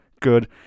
good